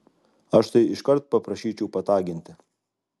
aš tai iškart paprašyčiau pataginti